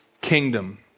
kingdom